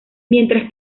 mientras